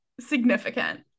significant